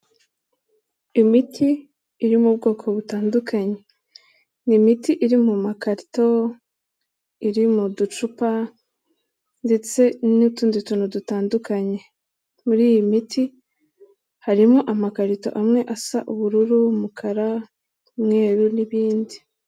Imiti iri mu bwoko butandukanye, ni imiti iri mu makarito, iri mu ducupa ndetse n'utundi tuntu dutandukanye, muri iyi miti harimo amakarito amwe asa ubururu n'umukara n'umweru n'ibindi.